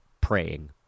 praying